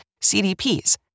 CDPs